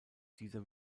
dieser